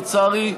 לצערי,